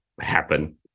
happen